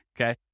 okay